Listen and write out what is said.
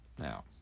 Now